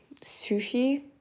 sushi